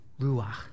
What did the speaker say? Ruach